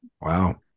Wow